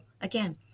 again